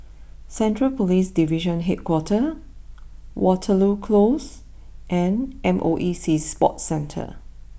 Central police Division HQ Waterloo close and MOE Sea Sports Centre